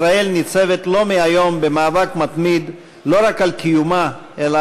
ישראל ניצבת לא מהיום במאבק מתמיד לא רק על קיומה אלא